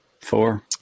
Four